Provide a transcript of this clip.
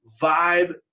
vibe